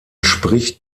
spricht